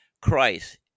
Christ